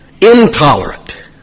intolerant